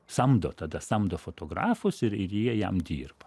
samdo tada samdo fotografus ir ir jie jam dirba